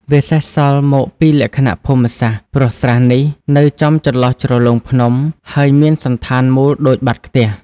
វាសេសសល់មកពីលក្ខណៈភូមិសាស្ត្រ ព្រោះស្រះនេះ នៅចំចន្លោះជ្រលងភ្នំ ហើយមានសណ្ឋានមូលដូចបាតខ្ទះ។